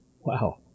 Wow